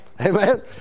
Amen